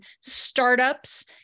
startups